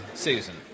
Susan